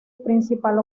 principal